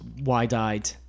wide-eyed